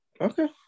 okay